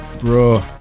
Bro